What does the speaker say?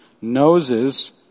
noses